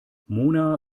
mona